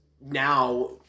now